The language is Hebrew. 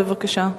בבקשה.